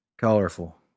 Colorful